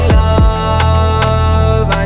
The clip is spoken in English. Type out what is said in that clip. love